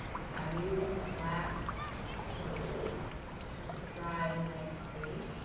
so i'm using a black glue because it dries nicely,